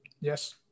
Yes